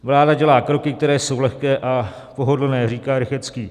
Vláda dělá kroky, které jsou lehké a pohodlné, říká Rychetský.